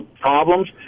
problems